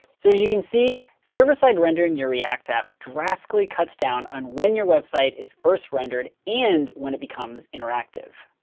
so as you can see, server-side rendering your react app drastically cuts down on when your website is first rendered and when it becomes interactive.